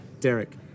Derek